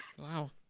Wow